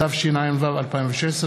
התשע"ו 2016,